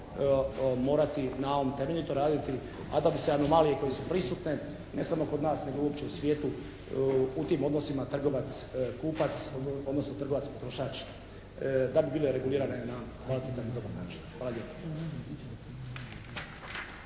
morati na ovom temeljito raditi, a da bi se anomalije koje su prisutne, ne samo kod nas nego i uopće u svijetu u tim odnosima trgovac-kupac, odnosno trgovac potrošač da bi bile regulirane na kvalitetan i dobar način. Hvala lijepa.